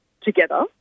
together